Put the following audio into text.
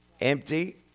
Empty